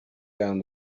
down